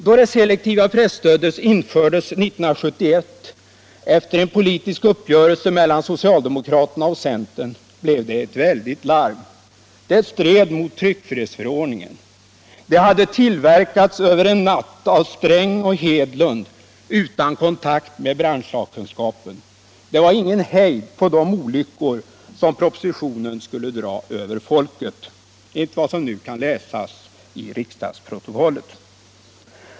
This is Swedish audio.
Då det selektiva presstödet infördes 1971 efter en politisk uppgörelse mellan socialdemokraterna och centern blev det ett väldigt larm. Det stred mot tryckfrihetsförordningen, det hade tillverkats över en natt av Sträng och Hedlund utan kontakt med branschsakkunskapen, och det var ingen hejd på de olyckor som propositionen skulle dra över folket, enligt vad som nu kan läsas i riksdagsprotokollet.